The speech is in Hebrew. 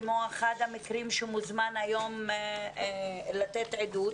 כמו אחד המקרים שמוזמן היום לתת עדות,